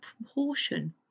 proportion